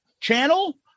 channel